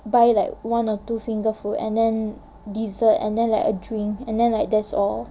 buy like one or two finger food and then dessert and then like a drink and then that's all